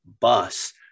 bus